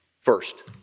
First